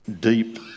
deep